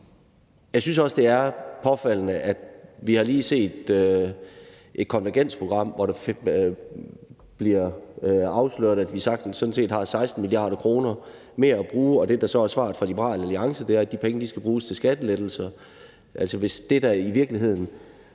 Jeg synes også, det er påfaldende, at vi har lige set et konvergensprogram, hvor det blev afsløret, at vi sådan set har 16 mia. kr. mere at bruge af, og at det, der så er svaret fra Liberal Alliance, er, at de penge skal bruges til skattelettelser.